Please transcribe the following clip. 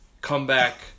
comeback